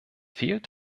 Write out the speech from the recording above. fehlt